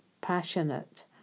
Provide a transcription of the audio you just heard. passionate